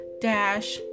dash